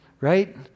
right